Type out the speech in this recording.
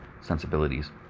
sensibilities